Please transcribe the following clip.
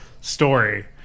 story